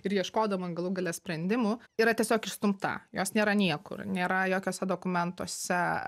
ir ieškodama galų gale sprendimų yra tiesiog išstumta jos nėra niekur nėra jokiuose dokumentuose